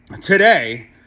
Today